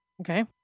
Okay